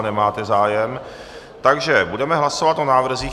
Nemáte zájem, takže budeme hlasovat o návrzích.